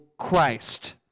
Christ